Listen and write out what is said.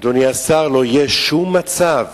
אדוני השר, לא יהיה שום מצב